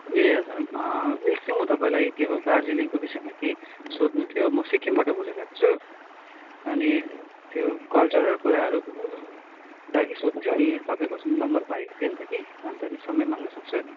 ए हजुर एकछिन म तपाईँलाई त्यो दार्जिलिङको विषयमा केही सोध्नु थियो म सिक्किमबाट बोलिरहेको छु अनि त्यो कल्चरल कुराहरूको लागि सोध्नुथियो अनि तपाईँको नम्बर पाएको थिए नि त कि अन्त नि समय माग्नु सक्छु